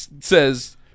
says